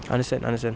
understand understand